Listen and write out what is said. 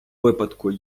випадку